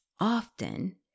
often